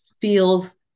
feels